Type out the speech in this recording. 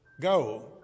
go